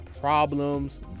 problems